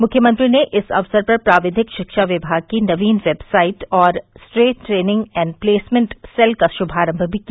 मुख्यमंत्री ने इस अवसर पर प्राविधिक शिक्षा विभाग की नवीन वेबसाइट और state training and placement cell का श्मारम्भ भी किया